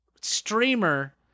streamer